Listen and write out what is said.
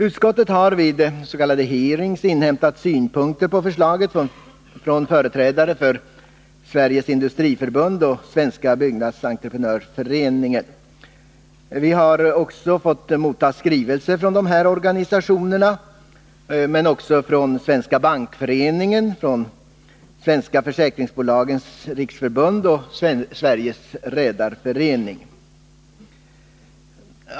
Utskottet har vid s.k. hearings inhämtat synpunkter på förslaget från företrädare för Sveriges industriförbund och Svenska byggnadsentreprenörsföreningen. Vi har också fått motta skrivelser från dessa organisationer samt från Svenska bankföreningen, Svenska försäkringsbolagens riksförbund och Sveriges redareförening.